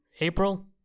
April